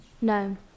No